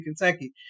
Kentucky